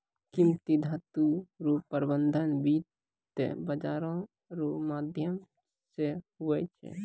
कीमती धातू रो प्रबन्ध वित्त बाजारो रो माध्यम से हुवै छै